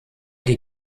die